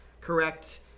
correct